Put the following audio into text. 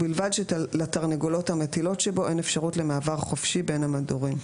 ובלבד שלתרנגולות המטילות שבו אין אפשרות למעבר חופשי בין המדורים.